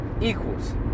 equals